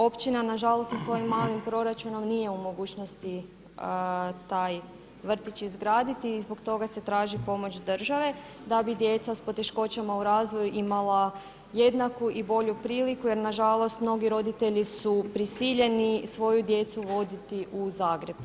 Općina nažalost svojim malim proračunom nije u mogućnosti taj vrtić izgraditi i zbog toga se traži pomoć države da bi djeca s poteškoćama u razvoju imala jednaku i bolju priliku jer nažalost mnogi roditelji su prisiljeni svoju djecu voditi u Zagreb.